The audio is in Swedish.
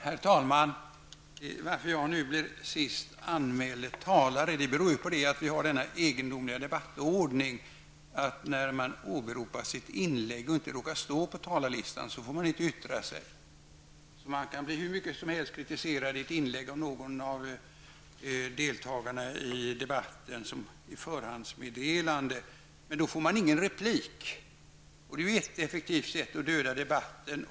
Herr talman! Att jag blev den sist anmälde talaren beror på att vi har denna egendomliga debattordning. Om man åberopas i ett inlägg och inte råkar stå på talarlistan, får man inte yttra sig. Man kan bli kritiserad hur mycket som helst i ett inlägg av någon av deltagarna i debatten som är förhandsanmälda, men då får man ingen replik. Det är ett effektivt sätt att döda debatten.